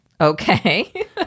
Okay